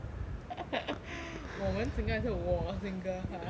我们 single 还是我 single !huh!